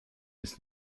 ist